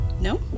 No